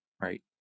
right